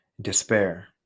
Despair